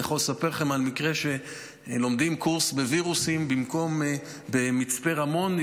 אני יכול לספר לכם על מקרה שלומדים קורס בווירוסים במצפה רמון,